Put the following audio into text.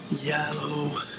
yellow